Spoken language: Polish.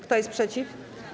Kto jest przeciw?